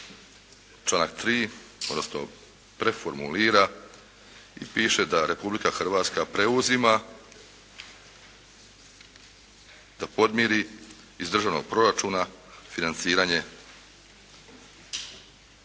članak 3., odnosno preformulira i piše da Republika Hrvatska preuzima da podmiri iz državnog proračuna financiranje